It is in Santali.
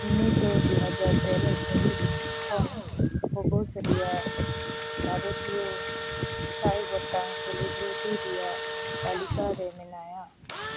ᱩᱱᱤᱫᱚ ᱫᱩᱦᱟᱡᱟᱨ ᱛᱮᱨᱚ ᱥᱟᱹᱦᱤᱛ ᱠᱷᱚᱱ ᱯᱷᱳᱵᱚᱥ ᱨᱮᱭᱟᱜ ᱵᱷᱟᱨᱚᱛᱤᱭᱚ ᱥᱟᱭ ᱜᱚᱴᱟᱝ ᱥᱮᱞᱤᱵᱨᱤᱴᱤ ᱨᱮᱭᱟᱜ ᱛᱟᱹᱞᱤᱠᱟᱨᱮ ᱢᱮᱱᱟᱭᱟ